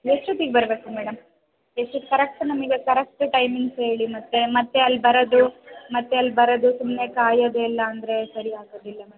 ಎಷ್ಟೊತ್ತಿಗೆ ಬರಬೇಕು ಮೇಡಮ್ ಎಷ್ಟು ಹೊತ್ತು ಕರೆಕ್ಟ್ ನಮಗೆ ಕರೆಕ್ಟ್ ಟೈಮಿಂಗ್ಸ್ ಹೇಳಿ ಮತ್ತೆ ಮತ್ತೆ ಅಲ್ಲಿ ಬರೋದು ಮತ್ತೆ ಅಲ್ಲಿ ಬರೋದು ಸುಮ್ಮನೆ ಕಾಯೋದೆಲ್ಲ ಅಂದರೆ ಸರಿ ಆಗೋದಿಲ್ಲ ಮೇಡಮ್